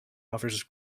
offers